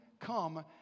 come